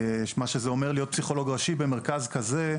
מה שזה אומר להיות פסיכולוג ראשי במרכז כזה.